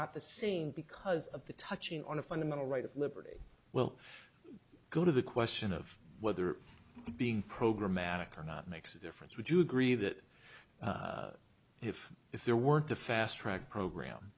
not the scene because of the touching on a fundamental right of liberty well go to the question of whether being programatic or not makes a difference would you agree that if if there weren't a fast track program